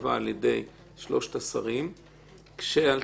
שייקבע על-ידי שלושת השרים כשהאלטרנטיבה,